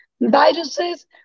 viruses